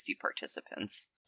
participants